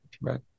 right